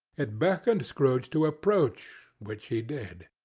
it beckoned scrooge to approach, which he did.